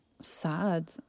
sad